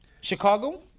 Chicago